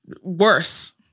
Worse